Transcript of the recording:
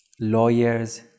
lawyers